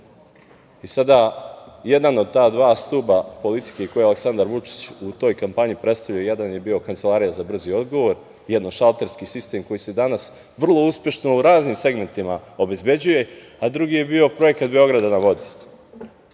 I sada jedan od ta dva stuba politike koju Aleksandar Vučić u toj kampanji predstavlja, jedan je bio Kancelarija za brzi odgovor, jednošalterski sistem koji se danas vrlo uspešno u raznim segmentima obezbeđuje, a drugi je bio Projekat „Beograda na vodi“